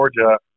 Georgia